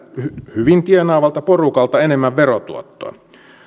hyvin tienaavalta porukalta enemmän verotuottoa